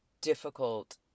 difficult